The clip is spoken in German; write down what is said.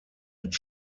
mit